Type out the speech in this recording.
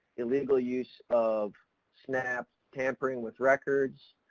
illegal use of snap, tampering with records,